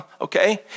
okay